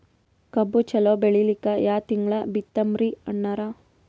ಕಬ್ಬು ಚಲೋ ಬೆಳಿಲಿಕ್ಕಿ ಯಾ ತಿಂಗಳ ಬಿತ್ತಮ್ರೀ ಅಣ್ಣಾರ?